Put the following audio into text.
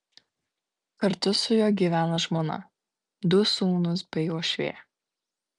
kartu su juo gyvena žmona du sūnūs bei uošvė